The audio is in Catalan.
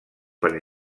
per